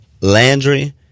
Landry